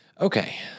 okay